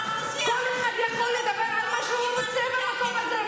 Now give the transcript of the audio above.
כל אחד יכול לדבר על מה שהוא רוצה במקום הזה.